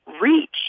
reach